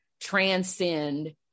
transcend